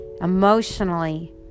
emotionally